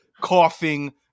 coughing